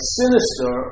sinister